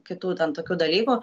kitų ten tokių dalykų